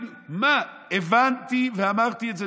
הבנתי ואמרתי את זה,